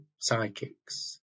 psychics